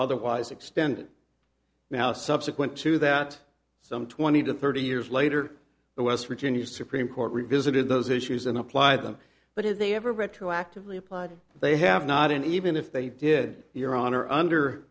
otherwise extended now subsequent to that some twenty to thirty years later the west virginia supreme court revisited those issues and apply them but if they ever retroactively applied they have not and even if they did your honor under